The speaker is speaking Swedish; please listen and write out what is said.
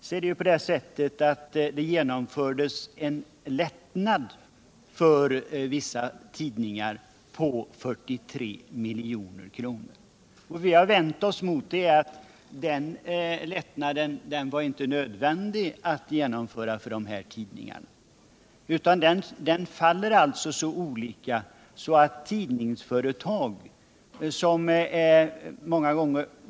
Men det är ju på det sättet att det genomfördes en lättnad för vissa tidningar på 43 milj.kr. Vi har vänt oss mot den lättnaden därför att den inte var nödvändig.